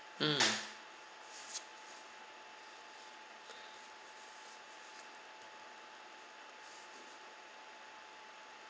mm